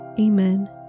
Amen